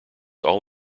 all